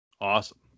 Awesome